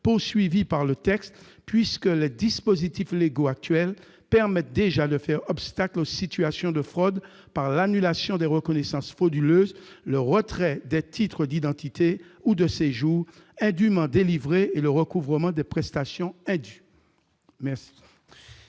contre la fraude, puisque les dispositifs légaux actuels permettent déjà de faire obstacle aux situations de fraude par l'annulation des reconnaissances frauduleuses, le retrait des titres d'identité ou de séjour indûment délivrés et le recouvrement des prestations indues.